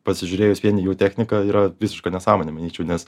pasižiūrėjus vien į jų techniką yra visiška nesąmonė manyčiau nes